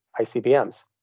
ICBMs